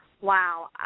Wow